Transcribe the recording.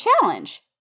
challenge